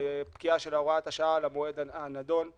הוראת השעה למועד הנידון.